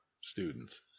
students